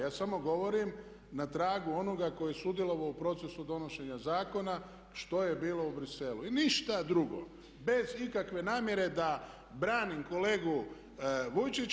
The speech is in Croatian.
Ja samo govorim na tragu onoga tko je sudjelovao u procesu donošenja zakona što je bilo u Bruxellesu i ništa drugo, bez ikakve namjere da branim kolegu Vujčića.